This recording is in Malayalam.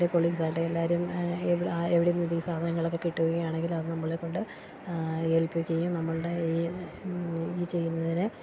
എൻ്റെ കൊളീഗ്സാകട്ടെ എല്ലാവരും എവിടെനിന്നെങ്കിലും ഈ സാധനങ്ങളൊക്കെ കിട്ടുകയാണെങ്കിൽ അതു നമ്മളെക്കൊണ്ട് എൽപിക്കുകയും നമ്മളുടെ ഈ ഈ ചെയ്യുന്നതിന്